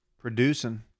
Producing